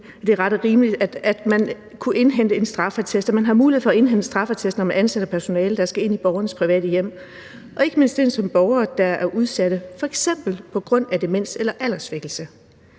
se fornuften i, at det er ret og rimeligt, at man har mulighed for at indhente en straffeattest, når man ansætter personale, der skal ind i borgernes private hjem, ikke mindst borgere, der er udsatte på grund af f.eks. demens eller alderssvækkelse.